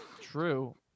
true